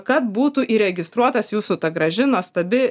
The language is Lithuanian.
kad būtų įregistruotas jūsų ta graži nuostabi